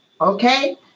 Okay